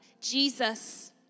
Jesus